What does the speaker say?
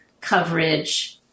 coverage